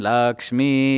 Lakshmi